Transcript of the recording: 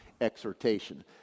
exhortation